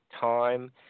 time